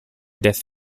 death